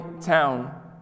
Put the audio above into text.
town